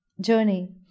journey